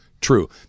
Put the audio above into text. True